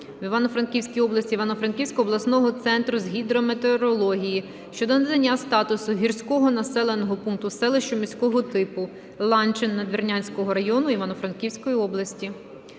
в Івано-Франківській області, Івано-Франківського обласного центру з гідрометеорології щодо надання статусу гірського населеного пункту селищу міського типу Ланчин Надвірнянського району Івано-Франківської області.